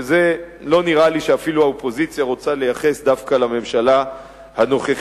שלא נראה לי שאפילו האופוזיציה רוצה לייחס דווקא לממשלה הנוכחית.